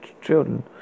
children